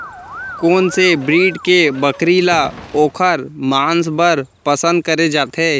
कोन से ब्रीड के बकरी ला ओखर माँस बर पसंद करे जाथे?